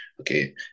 okay